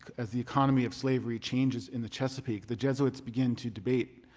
as the economy of slavery changes in the chesapeake, the jesuits begin to debate